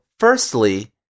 Firstly